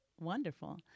wonderful